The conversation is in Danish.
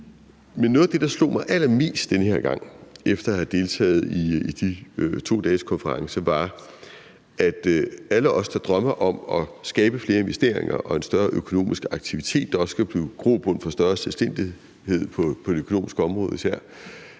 noget af det, der slog mig allermest den her gang efter at have deltaget i de 2 dages konference, var i forhold til alle os, der drømmer om at skabe flere investeringer og en større økonomisk aktivitet, der også skal kunne give grobund for større selvstændighed på det økonomiske område især,